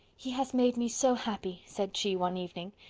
he has made me so happy, said she, one evening,